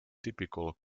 typical